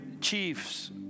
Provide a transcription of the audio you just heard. chiefs